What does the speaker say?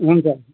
हुन्छ